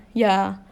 yeah